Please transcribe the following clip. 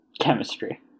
Chemistry